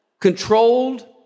controlled